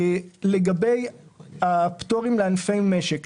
לגבי הפטורים לענפי משק,